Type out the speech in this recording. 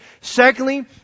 Secondly